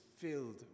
filled